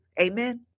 Amen